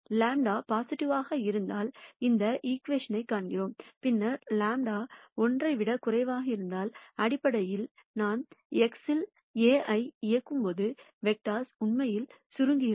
λ பொசிடிவிவாக இருந்தால் இந்த ஈகிவேஷன் காண்கிறோம் பின்னர் λ 1 ஐ விடக் குறைவாக இருந்தால் அடிப்படையில் நான் x இல் A ஐ இயக்கும்போது வெக்டர்ஸ் உண்மையில் சுருங்குகிறது